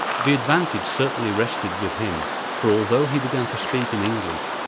the advantage certainly rested with him, for although he began to speak in english,